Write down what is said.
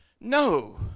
No